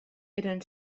eren